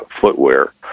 footwear